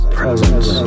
presence